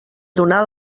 donar